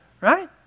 right